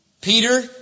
Peter